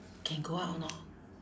can go out or not